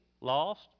lost